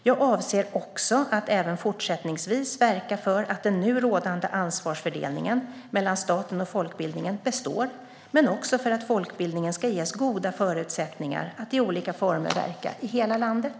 Jag avser också att även fortsättningsvis verka för att den nu rådande ansvarsfördelningen mellan staten och folkbildningen ska bestå men också för att folkbildningen ska ges goda förutsättningar att i olika former verka i hela landet.